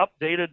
updated